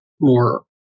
more